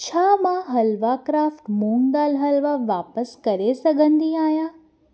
छा मां हलवा क्राफ़्ट मूङ दालि हलवा वापसि करे सघंदी आहियां